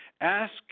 Ask